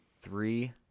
three